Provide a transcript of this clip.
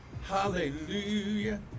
hallelujah